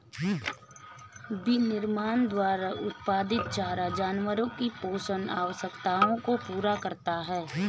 विनिर्माण द्वारा उत्पादित चारा जानवरों की पोषण आवश्यकताओं को पूरा करता है